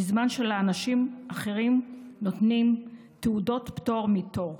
בזמן שלאנשים אחרים נותנים תעודות פטור מתור,